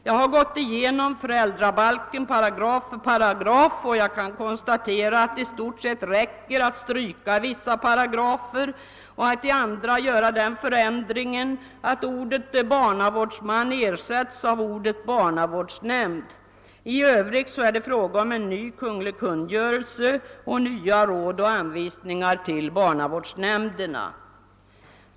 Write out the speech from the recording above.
Jag har gått igenom föräldrabalken paragraf för paragraf och har kunnat konstatera att det i stort sett räcker att stryka vissa paragrafer och att i andra ersätta ordet »barnavårdsman» med »barnavårdsnämnd«. I övrigt är det fråga om en ny kungl. kungörelse och nya råd och anvisningar till barnavårdsnämnderna.